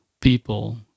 people